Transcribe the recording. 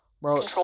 Bro